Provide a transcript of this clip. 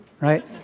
right